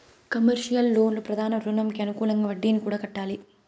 commercial లోన్లు ప్రధాన రుణంకి అనుకూలంగా వడ్డీని కూడా కట్టాలి